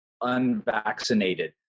unvaccinated